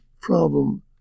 problem